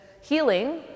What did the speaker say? Healing